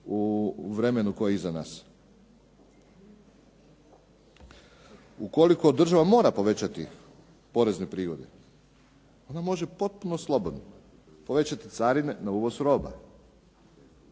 u vremenu koje je iza nas. Ukoliko država mora povećati porezne prihode, ona može potpuno slobodno povećati carine na uvoz roba,